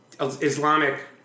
Islamic